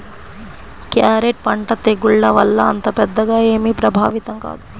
carrot పంట తెగుళ్ల వల్ల అంత పెద్దగా ఏమీ ప్రభావితం కాదు